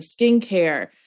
skincare